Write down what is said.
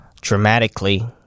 dramatically